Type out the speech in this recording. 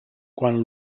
quan